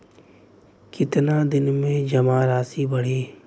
कितना दिन में जमा राशि बढ़ी?